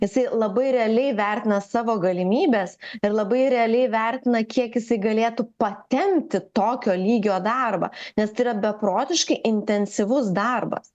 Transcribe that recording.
jisai labai realiai vertina savo galimybes ir labai realiai vertina kiek jisai galėtų patempti tokio lygio darbą nes tai yra beprotiškai intensyvus darbas